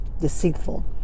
deceitful